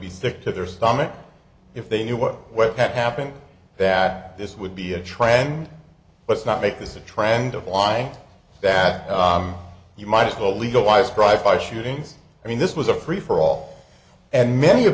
sick to their stomach if they knew what what had happened that this would be a trend let's not make this a trend of lying that you might as well legalize drive by shootings i mean this was a free for all and many of